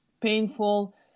painful